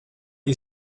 you